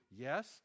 Yes